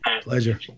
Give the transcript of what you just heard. Pleasure